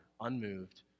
unmoved